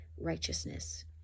righteousness